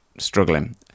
struggling